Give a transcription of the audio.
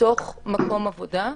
בתוך מקום עבודה,